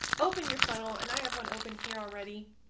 open your funnel. and i have one open here already.